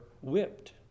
whipped